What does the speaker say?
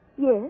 Yes